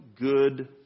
good